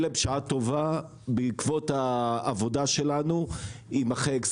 זה, בשעה טובה, בעקבות העבודה שלנו יימחק.